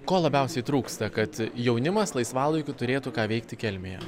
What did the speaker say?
ko labiausiai trūksta kad jaunimas laisvalaikiu turėtų ką veikti kelmėje